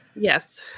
Yes